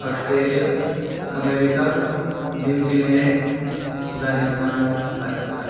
Australia America New Zealand Afghanistan Pakistan